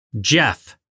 Jeff